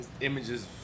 images